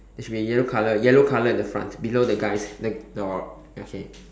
it should be a yellow colour yellow colour at the front below the guy's the dog okay